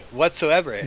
whatsoever